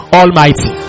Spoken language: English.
almighty